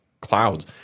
clouds